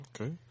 Okay